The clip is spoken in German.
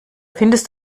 findest